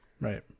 Right